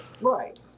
right